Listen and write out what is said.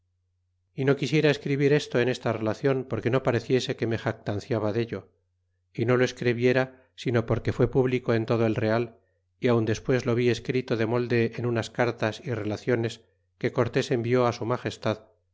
y no quisiera escribir esto en esta relacion porque no pareciese que me jatanciaba dello y no lo escribiera sino porque fué público en todo el real y aun despues lo vi escrito de molde en unas cartas y relaciones que cortés escribió a su ifagestad